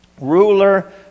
ruler